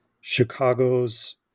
Chicago's